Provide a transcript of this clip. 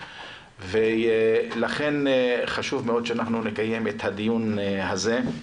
לכן חשוב מאוד שנקיים את הדיון הזה.